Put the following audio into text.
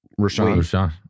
Rashawn